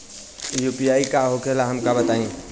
UPI का होखेला हमका बताई?